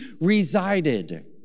resided